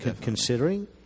Considering